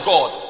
God